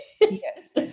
Yes